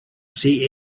see